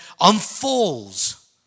unfolds